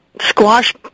squash